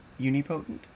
unipotent